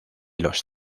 los